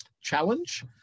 challenge